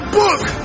book